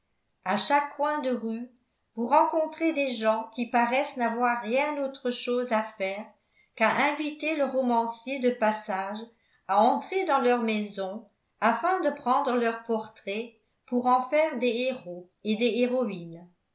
a chaque coin de rue vous rencontrez des gens qui paraissent n'avoir rien autre chose à faire qu'à inviter le romancier de passage à entrer dans leurs maisons afin de prendre leurs portraits pour en faire des héros et des héroïnes